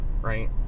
right